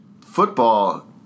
football